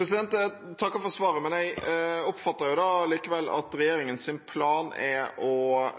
Jeg takker for svaret, men jeg oppfatter likevel at regjeringens plan er å